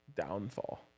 downfall